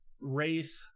Wraith